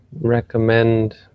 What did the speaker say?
recommend